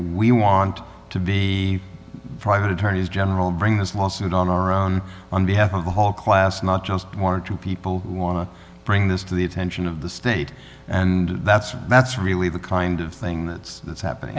we want to be private attorneys general bring this lawsuit on our own on behalf of the whole class not just more to people who want to bring this to the attention of the state and that's that's really the kind of thing that's that's happening